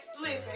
Listen